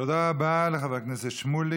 תודה רבה לחבר הכנסת שמולי.